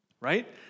right